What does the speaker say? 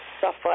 suffer